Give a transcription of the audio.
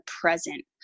present